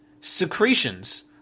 secretions